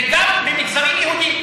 וגם במגזרים יהודיים.